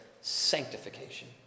sanctification